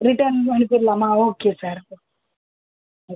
return அனுப்பிடலாமா okay sir okay